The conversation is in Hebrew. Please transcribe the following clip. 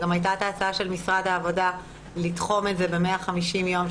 גם הייתה את ההצעה של משרד העבודה לתחום את זה ב-150 יום,